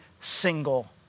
single